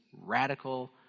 radical